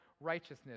righteousness